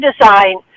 design